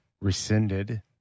rescinded